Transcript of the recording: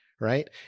right